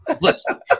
Listen